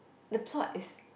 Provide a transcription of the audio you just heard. the plot is